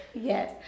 Yes